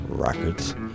records